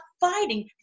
fighting